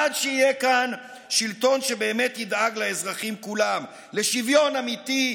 עד שיהיה כאן שלטון שבאמת ידאג לאזרחים כולם לשוויון אמיתי,